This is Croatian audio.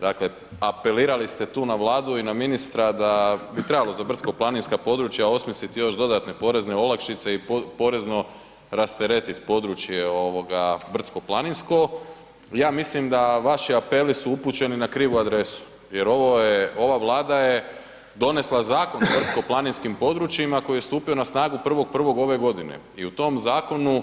Dakle, apelirali ste tu na Vladu i na ministra da bi trebalo za brdsko planinska područja osmisliti još dodatne porezne olakšice i porezno rasteretit područje ovoga brdsko planinsko, ja mislim da vaši apeli su upućeni na krivu adresu jer ovo je, ova Vlada je donesla Zakon o brdsko planinskim područjima koji je stupio na snagu 1.1. ove godine i u tom zakonu